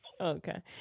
Okay